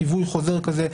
חיווי חוזר כזה,